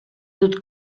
dut